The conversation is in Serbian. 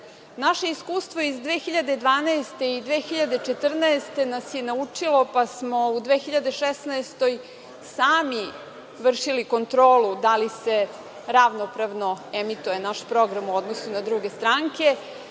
REM.Naše iskustvo iz 2012. i 2014. godine nas je naučilo pa smo u 2016. godini sami vršili kontrolu da li se ravnopravno emituje naš program u odnosu na druge stranke